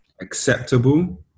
acceptable